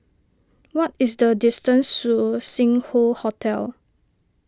what is the distance to Sing Hoe Hotel